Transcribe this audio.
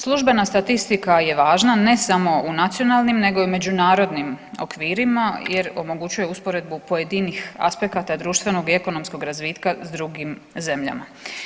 Službena statistika je važna ne samo u nacionalnim nego i u međunarodnim okvirima jer omogućuje usporedbu pojedinih aspekata društvenog i ekonomskog razvitka s drugim zemljama.